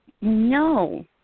No